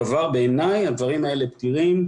בעיניי הדברים האלה פתירים.